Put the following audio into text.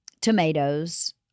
tomatoes